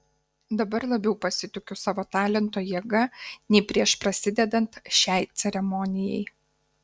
dabar labiau pasitikiu savo talento jėga nei prieš prasidedant šiai ceremonijai